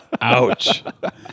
Ouch